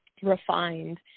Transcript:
refined